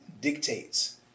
dictates